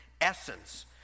essence